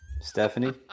Stephanie